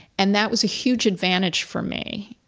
and that was a huge advantage for me.